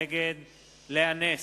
נגד לאה נס,